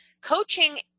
coaching